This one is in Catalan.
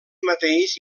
mateix